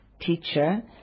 teacher